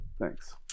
thanks